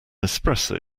espresso